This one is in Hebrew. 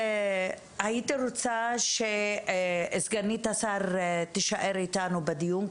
הייתי רוצה שסגנית השר תישאר איתנו בדיון,